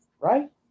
right